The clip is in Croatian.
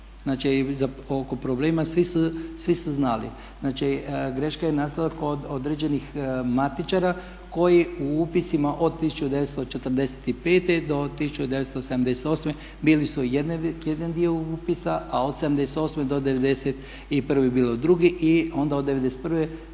znači oko problema svi su znali. Znači greška je nastala kod određenih matičara koji u upisima od 1945. do 1978. bili su jedan dio upisa, a od '78. do '91. je bilo drugi i onda od '91.